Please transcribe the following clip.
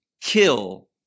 kill